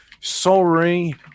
sorry